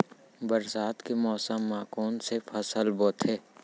बरसात के मौसम मा कोन से फसल बोथे?